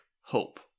hope